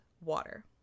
water